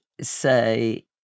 say